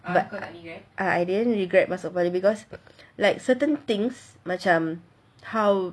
but I didn't regret masuk poly because like because certain things macam how